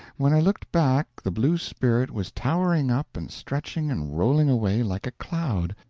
when i looked back the blue spirit was towering up and stretching and rolling away like a cloud,